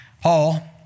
Paul